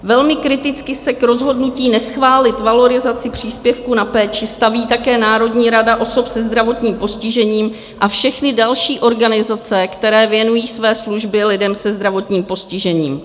Velmi kriticky se k rozhodnutí neschválit valorizaci příspěvku na péči staví také Národní rada osob se zdravotním postižením a všechny další organizace, které věnují své služby lidem se zdravotním postižením.